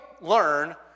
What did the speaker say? learn